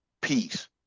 peace